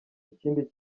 ikindi